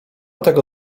tego